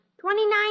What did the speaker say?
Twenty-nine